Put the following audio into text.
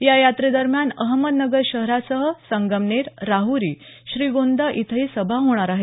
या याट्रेदरम्यान अहमदनगर शहरासह संगमनेर राहुरी श्रीगोंदा इथंही सभा होणार आहेत